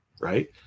right